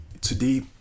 today